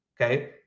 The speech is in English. okay